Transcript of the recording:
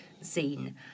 scene